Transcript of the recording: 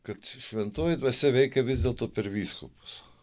kad šventoji dvasia veikia vis dėlto per vyskupus